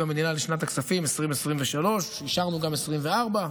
המדינה לשנת הכספים 2023. אישרנו גם לשנת 2024,